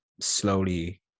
slowly